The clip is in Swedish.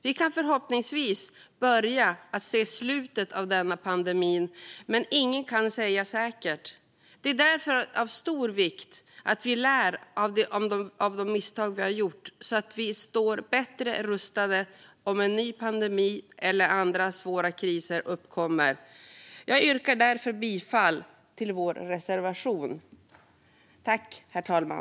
Vi kan förhoppningsvis börja se slutet av denna pandemi, men det kan ingen säga säkert. Det är därför av stor vikt att vi lär av de misstag vi har gjort, så att vi står bättre rustade om en ny pandemi eller andra svåra kriser uppkommer. Jag yrkar därför bifall till vår reservation.